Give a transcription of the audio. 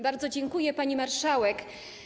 Bardzo dziękuję, pani marszałek.